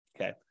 Okay